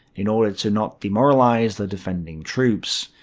in order to not demoralize the defending troops.